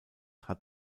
hat